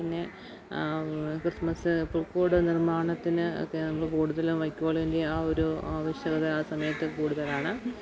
പിന്നെ ക്രിസ്മസ് പുൽക്കൂട് നിർമ്മാണത്തിന് ഒക്കെയാകുമ്പോള് കൂടുതലും വൈക്കോലിൻ്റെ ആ ഒരു ആവശ്യകത ആ സമയത്ത് കൂടുതലാണ്